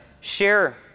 share